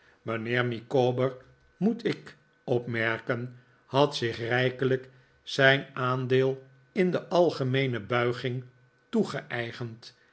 mijnheer micawber moet ik opmerken had zich rijkelijk zijn aandeel in de algemeene buiging